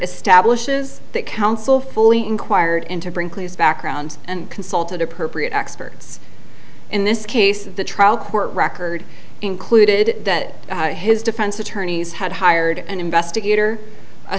establishes that counsel fully inquired into brinkley's background and consulted appropriate experts in this case the trial court record included that his defense attorneys had hired an investigator a